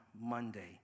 Monday